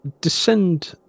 descend